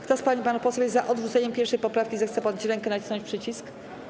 Kto z pań i panów posłów jest za odrzuceniem 1. poprawki, zechce podnieść rękę i nacisnąć przycisk.